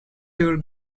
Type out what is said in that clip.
your